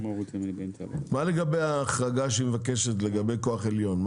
מה לגבי ההחרגה שהיא מבקשת לגבי כוח עליון?